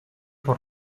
por